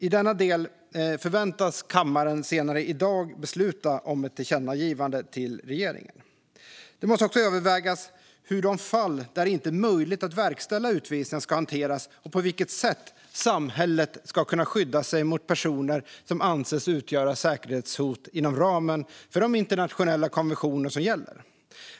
I denna del väntas kammaren senare i dag besluta om ett tillkännagivande till regeringen. Det måste också övervägas hur de fall där det inte är möjligt att verkställa utvisningar ska hanteras och på vilket sätt samhället ska kunna skydda sig mot personer som anses utgöra ett säkerhetshot inom ramen för de internationella konventioner som gäller.